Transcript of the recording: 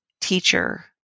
teacher